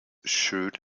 shirt